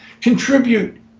Contribute